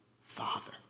father